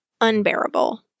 unbearable